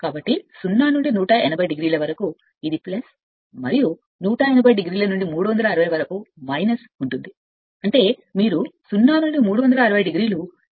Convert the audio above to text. కాబట్టి 0 నుండి 180o ఇది ఇది మరియు తదుపరి 180 oనుండి 360o వరకు ఉంటుంది అంటే మీరు 0 నుండి 360o అని పిలుస్తారు